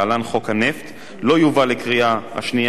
לא יובא לקריאה שנייה ולקריאה שלישית יחד